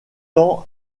tant